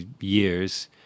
years